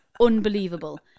unbelievable